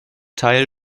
teil